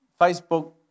Facebook